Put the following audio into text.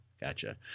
Gotcha